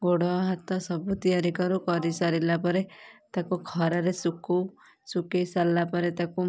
ଗୋଡ଼ ହାତ ସବୁ ତିଆରି କରୁ କରିସାରିଲା ପରେ ତାକୁ ଖରାରେ ଶୁକୁ ଶୁକେଇ ସାଇଲା ପରେ ତାକୁ